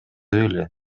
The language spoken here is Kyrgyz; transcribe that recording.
эле